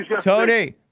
Tony